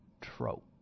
trope